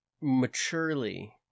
maturely